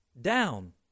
down